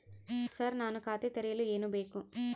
Sir ನಾನು ಖಾತೆ ತೆರೆಯಲು ಏನು ಬೇಕು?